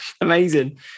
Amazing